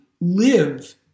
live